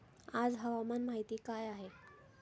आज हवामान माहिती काय आहे?